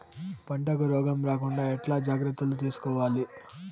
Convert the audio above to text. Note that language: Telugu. పంటకు రోగం రాకుండా ఎట్లా జాగ్రత్తలు తీసుకోవాలి?